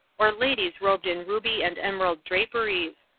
or ladies robed in ruby and emerald draperies.